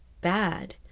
bad